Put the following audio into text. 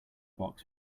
box